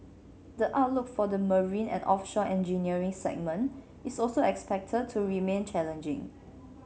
the outlook for the marine and offshore engineering segment is also expected to remain challenging